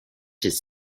his